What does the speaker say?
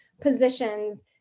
positions